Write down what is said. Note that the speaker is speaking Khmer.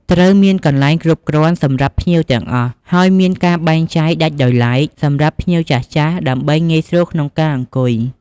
ត្រូវមានកន្លែងគ្រប់គ្រាន់សម្រាប់ភ្ញៀវទាំងអស់ ហើយមានការបែងចែកដាច់ដោយឡែកសម្រាប់ភ្ញៀវចាស់ៗ ដើម្បីងាយស្រួលក្នុងការអង្គុយ។